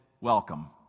welcome